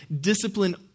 Discipline